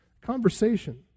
Conversation